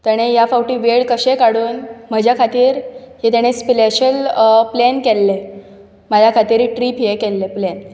ताणें ह्या फावटीं वेळ कशे काडून म्हजे खातीर हे ताणें स्पेशल प्लेन केल्लें म्हज्या खातीर हे ट्रीप हें केल्लें प्लेन